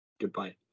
Goodbye